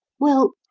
well,